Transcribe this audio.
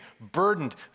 burdened